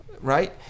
right